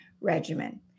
regimen